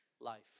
life